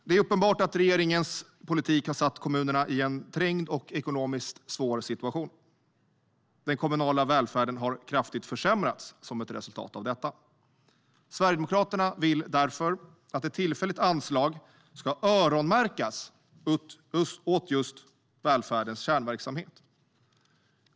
Det är uppenbart att regeringens politik har satt kommunerna i en trängd och ekonomiskt svår situation. Den kommunala välfärden har kraftigt försämrats som ett resultat av detta. Sverigedemokraterna vill därför att ett tillfälligt anslag ska öronmärkas åt just välfärdens kärnverksamhet.